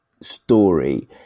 story